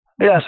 Yes